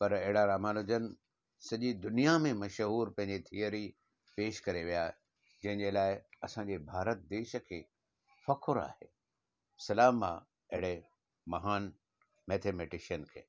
पर अहिड़ा रामानुजन सॼी दुनिया में मशहूरु पंहिंजी थिओरी पेश करे विया जंहिंजे लाइ असांखे भारत देश खे फ़ख़ुरु आहे सलाम आहे अहिड़े महान मैथेमैटिशियन खे